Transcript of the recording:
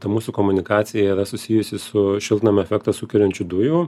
ta mūsų komunikacija yra susijusi su šiltnamio efektą sukeliančių dujų